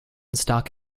stock